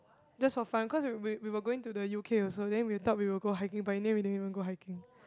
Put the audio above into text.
just for fun cause we we were going to the U_K also then we thought we will go hiking but in the end we didn't even go hiking